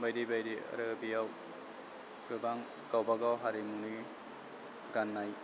बायदि बायदि आरो बेयाव गोबां गावबागाव हारिमुनि गाननाय